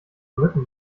written